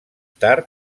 tard